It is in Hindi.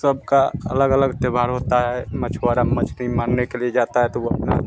सबका अलग अलग त्यौहार होता है मछुआरा मछली मारने के लिए जाता है तो वो अपना